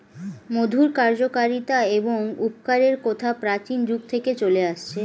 মধুর কার্যকারিতা এবং উপকারের কথা প্রাচীন যুগ থেকে চলে আসছে